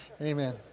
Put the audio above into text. Amen